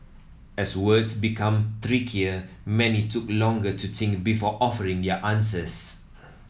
as words became trickier many took longer to think before offering their answers